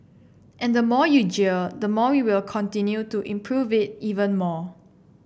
and the more you jeer the more you will continue to improve it even more